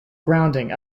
grounding